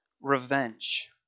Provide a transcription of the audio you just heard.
revenge